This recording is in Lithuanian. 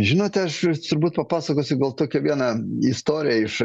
žinote aš turbūt pasakosi gal tokią vieną istoriją iš